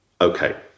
okay